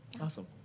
awesome